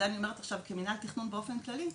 זה אני אומרת עכשיו בתור מנהל התכנון באופן כללי,